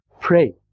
pray